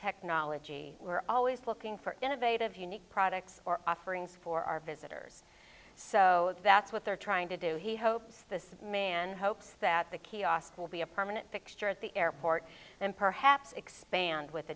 technology we're always looking for innovative unique products or offerings for our visitors so that's what they're trying to do he hopes this man hopes that the kiosk will be a permanent fixture at the airport and perhaps expand with